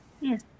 Yes